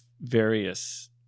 various